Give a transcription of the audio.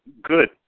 Good